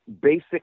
basic